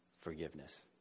forgiveness